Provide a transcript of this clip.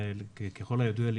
ככל הידוע לי,